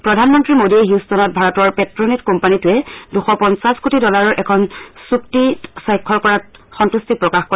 প্ৰধানমন্ত্ৰী মোডীয়ে হিউট্টনত ভাৰতৰ প্ট্ৰে নেট কোম্পানীটোৱে দুশ পঞ্ণাশ কোটি ডলাৰৰ এখন চুক্তিত স্বাক্ষৰ কৰাত সম্ভট্টি প্ৰকাশ কৰে